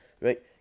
right